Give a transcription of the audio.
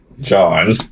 John